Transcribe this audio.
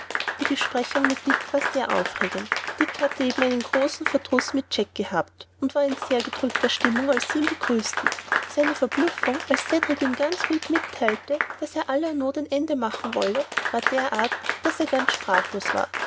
die besprechung mit dick war sehr aufregend dick hatte eben großen verdruß mit jack gehabt und war in sehr gedrückter stimmung als sie ihn begrüßten seine verblüffung als cedrik ihm ganz ruhig mitteilte daß er aller not ein ende machen wolle war derart daß er ganz sprachlos war